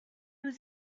was